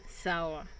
sour